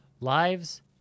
Lives